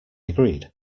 agreed